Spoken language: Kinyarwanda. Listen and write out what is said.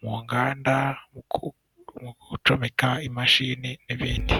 mu nganda, gucomeka imashini n'ibindi.